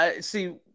See